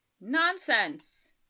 Nonsense